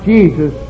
Jesus